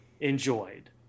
enjoyed